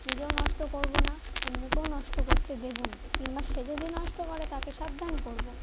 নিজেও নষ্ট করব না অন্যকেও নষ্ট করতে দেব না কিংবা সে যদি নষ্ট করে তাকে সাবধান করব